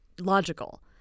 logical